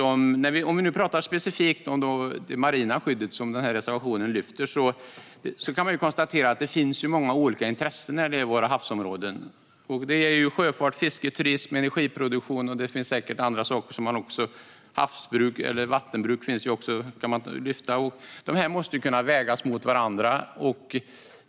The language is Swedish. Om vi nu pratar specifikt om det marina skyddet, som lyfts upp i reservationen, kan vi konstatera att det finns många olika intressen när det gäller våra havsområden, såsom sjöfart, fiske, turism, energiproduktion, havs och vattenbruk och andra saker. Dessa måste kunna vägas mot varandra.